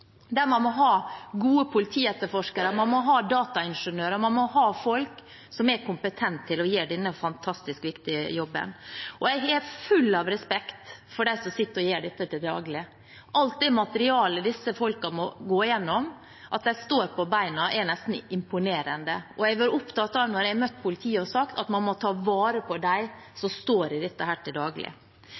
dem som sitter og gjør dette til daglig, alt det materialet disse folkene må gå gjennom. At de står på beina, er nesten imponerende. Når jeg har møtt politiet, har jeg vært opptatt av å si at man må ta vare på dem som står i dette til daglig.